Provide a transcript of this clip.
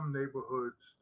neighborhoods